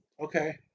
Okay